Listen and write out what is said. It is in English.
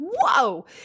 whoa